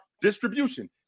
distribution